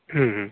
हूँ हूँ